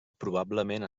probablement